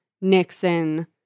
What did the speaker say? Nixon